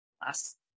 last